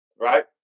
right